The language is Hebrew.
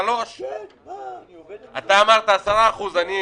אמרנו שאנשים צעירים מקבלים דמי אבטלה בישראל